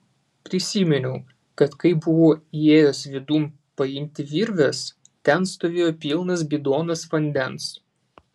prisiminiau kad kai buvau įėjęs vidun paimti virvės ten stovėjo pilnas bidonas vandens